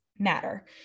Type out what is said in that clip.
Matter